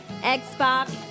Xbox